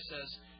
says